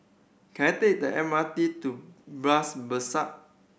can I take the M R T to Bras Basah